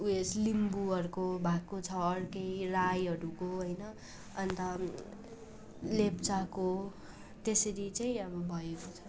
उयोस लिम्बूहरूको भएको छ अर्कै राईहरूको होइन अन्त लेप्चाको त्यसरी चाहिँ अब भएको छ